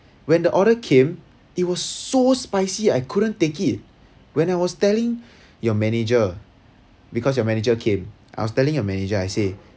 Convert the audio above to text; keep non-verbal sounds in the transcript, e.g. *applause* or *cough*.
when the order came it was so spicy I couldn't take it when I was telling *breath* your manager because your manager came I was telling your manager I say